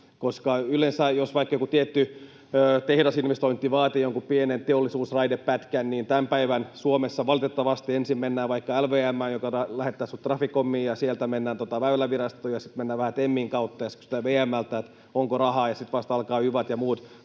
vaan. Yleensä, jos vaikka joku tietty tehdasinvestointi vaatii jonkun pienen teollisuusraidepätkän, niin tämän päivän Suomessa valitettavasti ensin mennään vaikka LVM:ään, joka lähettää sinut Traficomiin, sieltä mennään Väylävirastoon ja sitten mennään vähän TEMin kautta. Sitten kysytään VM:ltä, että onko rahaa, ja sitten vasta alkavat yvat ja muut,